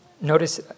Notice